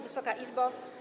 Wysoka Izbo!